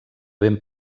ben